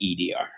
EDR